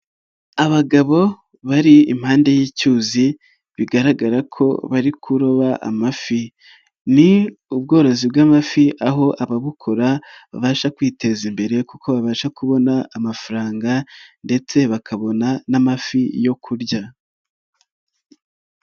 Abagabo bari impande y'icyuzi bigaragara ko bari kuroba amafi, ni ubworozi bw'amafi aho ababukora babasha kwiteza imbere kuko babasha kubona amafaranga ndetse bakabona n'amafi yo kurya.